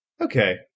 Okay